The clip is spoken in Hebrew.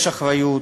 יש אחריות,